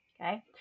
okay